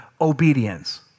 obedience